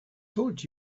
told